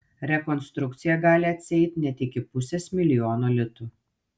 rekonstrukcija gali atsieit net iki pusės milijono litų